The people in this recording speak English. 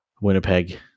Winnipeg